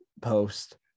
post